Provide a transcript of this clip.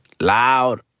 loud